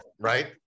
Right